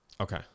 Okay